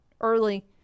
early